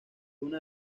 una